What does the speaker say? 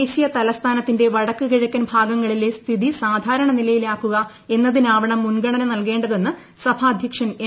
ദേശീയ തലസ്ഥാനത്തിന്റെ വടക്കു കിഴക്കൻ ഭാഗങ്ങളിലെ സ്ഥിതി സാധാരണ നിലയിലാക്കുക എന്നതിനാവണം മുൻഗണന നൽകേണ്ടതെന്ന് സഭാ അധ്യക്ഷൻ എം